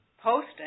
posting